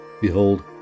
behold